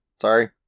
sorry